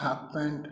half pant